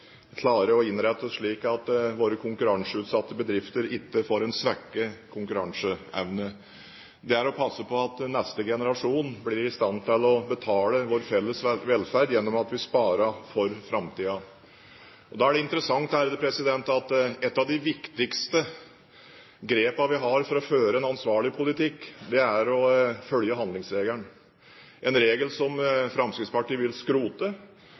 å innrette oss slik at våre konkurranseutsatte bedrifter ikke får svekket konkurranseevne, og det er å passe på at neste generasjon blir i stand til å betale vår felles velferd gjennom at vi sparer for framtiden. Da er det interessant at et av de viktigste grepene vi har for å føre en ansvarlig politikk, er å følge handlingsregelen – en regel som Fremskrittspartiet vil skrote.